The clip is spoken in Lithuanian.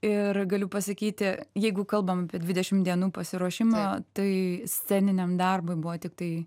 ir galiu pasakyti jeigu kalbam apie dvidešim dienų pasiruošimą o tai sceniniam darbui buvo tiktai